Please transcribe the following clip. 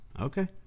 Okay